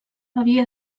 havia